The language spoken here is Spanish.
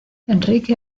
enrique